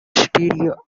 stereo